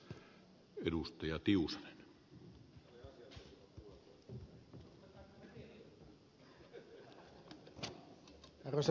arvoisa puhemies